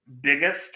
biggest